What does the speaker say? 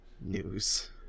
news